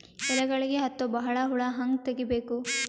ಎಲೆಗಳಿಗೆ ಹತ್ತೋ ಬಹಳ ಹುಳ ಹಂಗ ತೆಗೀಬೆಕು?